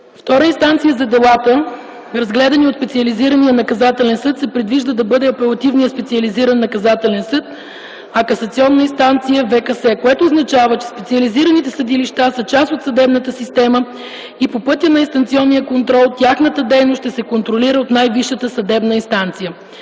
Втора инстанция за делата, разгледани от специализирания наказателен съд, се предвижда да бъде апелативният специализиран наказателен съд, а касационна инстанция – ВКС, което означава, че специализираните съдилища са част от съдебната система и по пътя на инстанционния контрол тяхната дейност ще се контролира от най-висшата съдебна инстанция.